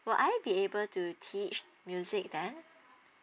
will I be able to teach music then